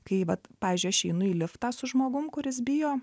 kai vat pavyzdžiui aš einu į liftą su žmogum kuris bijo